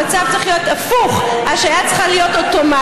המצב צריך להיות הפוך: ההשעיה צריכה להיות אוטומטית,